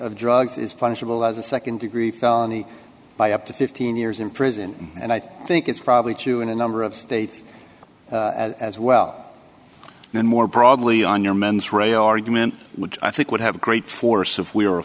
of drugs is punishable as a nd degree felony by up to fifteen years in prison and i think it's probably true in a number of states as well and more broadly on your mens rea argument which i think would have great force if we were a